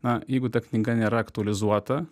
na jeigu ta knyga nėra aktualizuota